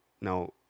now